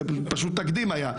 זה פשוט היה תקדים.